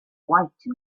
white